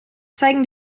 zeigen